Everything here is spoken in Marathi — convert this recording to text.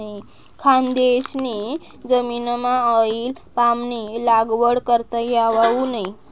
खानदेशनी जमीनमाऑईल पामनी लागवड करता येवावू नै